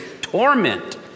torment